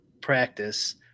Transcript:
practice